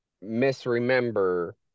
misremember